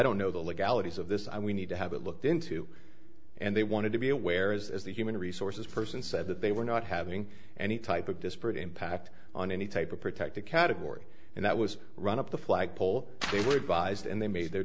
don't know the legalities of this i we need to have it looked into and they wanted to be aware as the human resources person said that they were not having any type of disparate impact on any type of protected category and that was run up the flagpole they